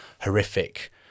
horrific